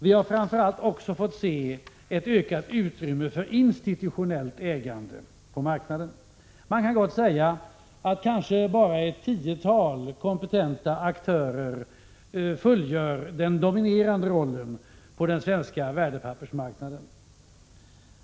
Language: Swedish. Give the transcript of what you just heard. Vi har framför allt också fått se ett ökat utrymme för institutionellt ägande på marknaden. Man kan gott säga att kanske bara ett tiotal kompetenta aktörer fullgör den dominerande rollen på den svenska värdepappersmarknaden.